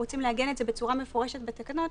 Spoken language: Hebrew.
רוצים לעגן את זה בצורה מפורשת בתקנות,